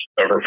over